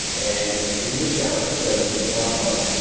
and it's a big challenge, but it's a lot of fun.